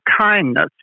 kindness